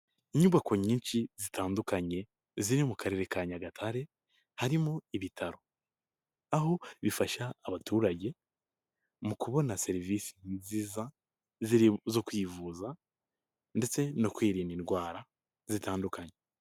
Inyubako nyinshi zitandukanye ziri mu karere ka Nyagatare harimo ibitaro, aho bifasha abaturage mu kubona serivisi nziza zo kwivuza ndetse no kwirinda indwara zitandukanye.